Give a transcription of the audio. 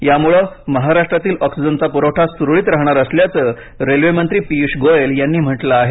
यामुळे महाराष्ट्रातील ऑक्सिजनचा पुरवठा सुरळीत रहाणार असल्याच रेल्वे मंत्री पियूष गोयल यांनी म्हटलं आहे